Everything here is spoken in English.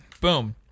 Boom